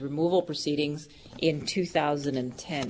removal proceedings in two thousand and ten